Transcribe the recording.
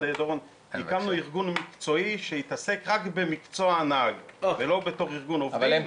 הקמנו ארגון מקצועי שיתעסק רק במקצוע הנהג ולא בתור ארגון עובדים.